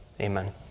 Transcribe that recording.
Amen